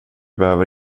behöver